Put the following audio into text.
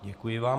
Děkuji vám.